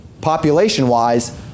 population-wise